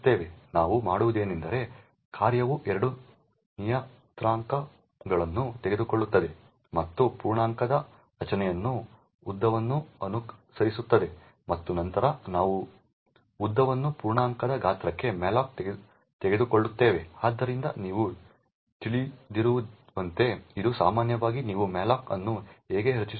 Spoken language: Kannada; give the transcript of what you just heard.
ನಾವು ಮಾಡುವುದೇನೆಂದರೆ ಕಾರ್ಯವು 2 ನಿಯತಾಂಕಗಳನ್ನು ತೆಗೆದುಕೊಳ್ಳುತ್ತದೆ ಮತ್ತು ಪೂರ್ಣಾಂಕದ ರಚನೆಯನ್ನು ಉದ್ದವನ್ನು ಅನುಸರಿಸುತ್ತದೆ ಮತ್ತು ನಂತರ ನಾವು ಉದ್ದವನ್ನು ಪೂರ್ಣಾಂಕದ ಗಾತ್ರಕ್ಕೆ malloc ತೆಗೆದುಕೊಳ್ಳುತ್ತೇವೆ ಆದ್ದರಿಂದ ನೀವು ತಿಳಿದಿರುವಂತೆ ಇದು ಸಾಮಾನ್ಯವಾಗಿ ನೀವು malloc ಅನ್ನು ಹೇಗೆ ರಚಿಸುತ್ತೀರಿ